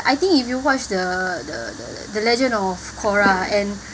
I think if you watch the the the legend of korra and